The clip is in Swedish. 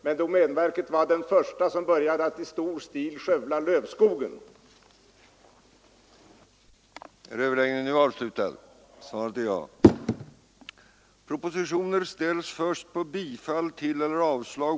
Men domänverket var den första som började att i stor stil skövla lövskogen där nere i söder.